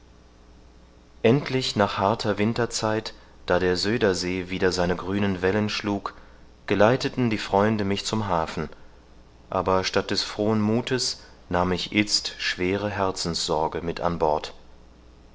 endlich nach harter winterzeit da der zuidersee wieder seine grünen wellen schlug geleiteten die freunde mich zum hafen aber statt des frohen muthes nahm ich itzt schwere herzensorge mit an bord